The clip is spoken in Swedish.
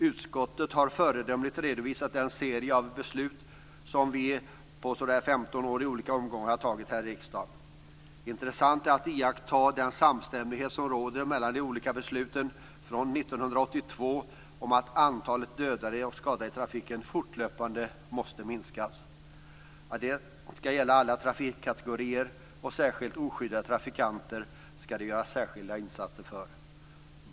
Utskottet har föredömligt redovisat den serie av beslut som vi under 15 år i olika omgångar har fattat i riksdagen. Det är intressant att iaktta den samstämmighet som råder mellan de olika besluten från 1982 om att antalet dödade och skadade i trafiken fortlöpande måste minskas. Detta skall gälla alla trafikkategorier, och dessutom skall det göras särskilda insatser för oskyddade trafikanter.